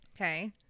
Okay